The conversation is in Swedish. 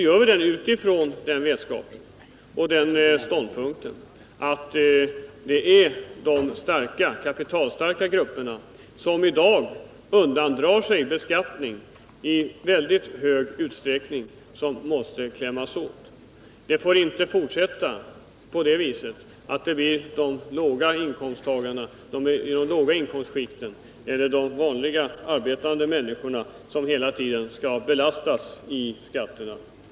gör vi det utifrån den vetskapen och den ståndpunkten att det är de kapitalstarka grupperna som i dag undandrar sig beskattning i väldigt stor utsträckning och som måste klämmas åt. Det får inte fortsätta på det sättet att människor i de låga inkomstskikten, de vanliga arbetande människorna. hela tiden skall belastas med skatter.